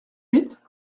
huit